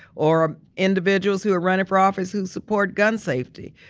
or individuals who are running for office who support gun safety,